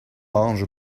mange